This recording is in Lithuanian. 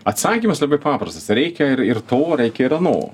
atsakymas labai paprastas reikia ir ir to reikia ir ano